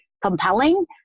compelling